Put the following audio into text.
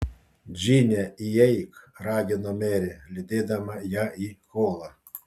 džine įeik ragino merė lydėdama ją į holą